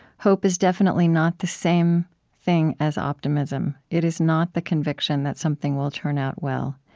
hope is definitely not the same thing as optimism. it is not the conviction that something will turn out well,